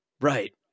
Right